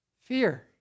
Fear